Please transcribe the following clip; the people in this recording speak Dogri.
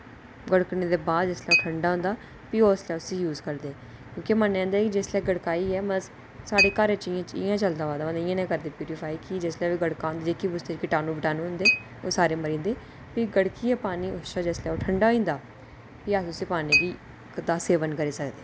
गड़कने दे बाद जिसलै ओह् ठंडा होंदा भी उस चा उसी यूज करदे क्योंकि मन्नेआ जंदा कि जिसलै गड़काइयै मतलब साढ़े घर च इ'यां चलदा आवै दा हुन इ'यां नै करदे फिल्टर पानी गी जेह्के बी उसदे च कन जेह्के कीटाणु वीटाणु होंदे ओह् सारे मरी जंदे भी गड़कियै पानी उसलै जिसलै ओह् ठंड़ा होई जंदा भी अस उस पानी गी दा सेवन करी सकदे